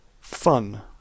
Fun